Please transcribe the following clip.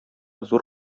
зур